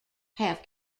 have